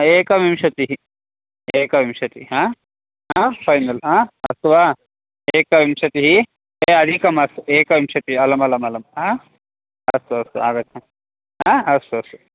एकविंशतिः एकविंशतिः हा आ फ़ैनल् आ अस्तु वा एकविंशतिः एवम् अधिकम् अस्तु एकविंशतिः अलमलम् अलम् हा अस्तु अस्तु आगच्छामः आ अस्तु अस्तु